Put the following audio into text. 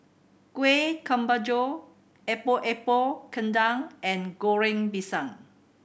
Kueh Kemboja Epok Epok Kentang and Goreng Pisang